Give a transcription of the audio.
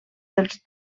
dels